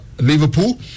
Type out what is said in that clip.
Liverpool